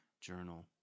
journal